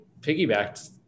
piggybacked